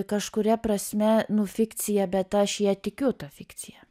kažkuria prasme nu fikcija bet aš ja tikiu ta fikcija